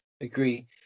agree